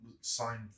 signed